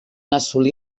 assolí